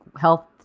health